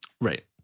Right